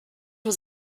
was